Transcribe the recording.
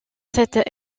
cette